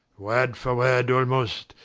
word for word almost,